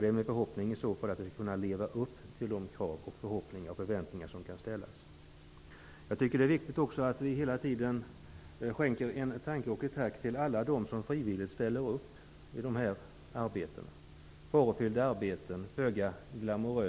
Det är min förhoppning att vi i så fall skall kunna leva upp till dessa krav. Det är också angeläget att vi skänker en tanke och ett tack till alla som frivilligt ställer upp för dessa farofyllda arbeten som är föga glamorösa.